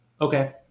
Okay